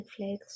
Netflix